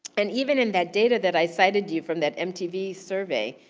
and even in that data that i cited you from that mtv survey,